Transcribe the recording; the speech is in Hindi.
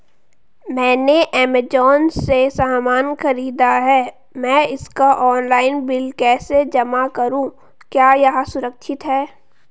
मैंने ऐमज़ान से सामान खरीदा है मैं इसका ऑनलाइन बिल कैसे जमा करूँ क्या यह सुरक्षित है?